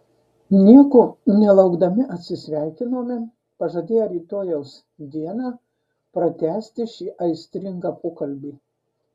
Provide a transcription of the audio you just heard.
nieko nelaukdami atsisveikinome pažadėję rytojaus dieną pratęsti šį aistringą pokalbį